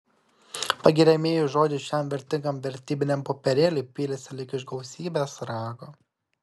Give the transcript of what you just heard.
pagiriamieji žodžiai šiam vertingam vertybiniam popierėliui pylėsi lyg iš gausybės rago